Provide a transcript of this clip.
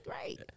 great